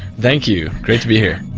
thank you, great to be here.